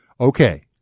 Okay